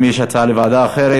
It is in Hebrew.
אם יש הצעה לוועדה אחרת,